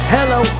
Hello